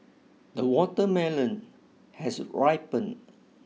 the watermelon has ripened